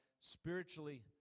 Spiritually